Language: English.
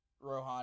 Rohan